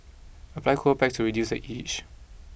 apply cold packs to reduce the itch